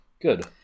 good